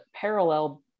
parallel